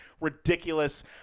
ridiculous